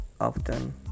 often